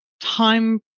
time